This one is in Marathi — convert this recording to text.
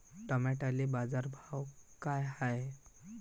टमाट्याले बाजारभाव काय हाय?